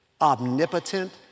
omnipotent